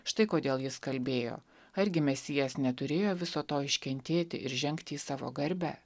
štai kodėl jis kalbėjo argi mesijas neturėjo viso to iškentėti ir žengti į savo garbę